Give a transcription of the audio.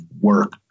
work